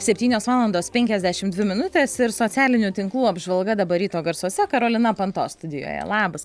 septynios valandos penkiasdešimt dvi minutės ir socialinių tinklų apžvalga dabar ryto garsuose karolina panto studijoje labas